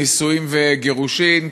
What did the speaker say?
נישואים וגירושים,